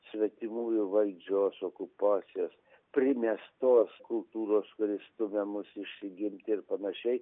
svetimųjų valdžios okupacijos primestos kultūros kuri stumia mus iš įgimti ir panašiai